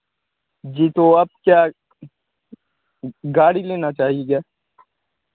जी तो अब क्या गाड़ी लेना चाहेंगे